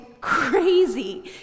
crazy